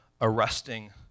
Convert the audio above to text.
arresting